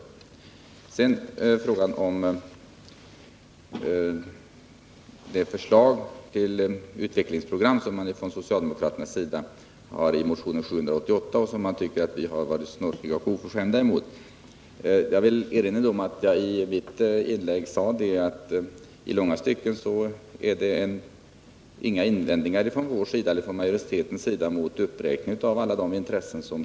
Beträffande det förslag till utvecklingsprogram som socialdemokraterna har lagt fram i motionen 788, och som socialdemokraterna anser att vi har varit oförskämda mot, vill jag erinra om att jag i mitt tidigare inlägg sade att majoriteten i långa stycken inte har några invändningar mot ett beaktande av alla de intressen som räknas upp och som skall finnas med i planeringen.